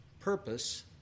purpose